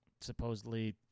supposedly